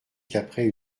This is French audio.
qu’après